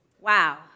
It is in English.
wow